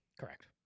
Correct